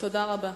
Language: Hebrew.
תודה רבה.